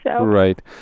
Right